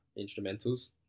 instrumentals